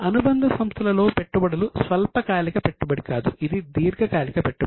అనుబంధ సంస్థలలో పెట్టుబడులు స్వల్పకాలిక పెట్టుబడి కాదు ఇది దీర్ఘకాలిక పెట్టుబడి